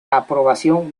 aprobación